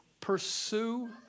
Pursue